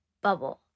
bubble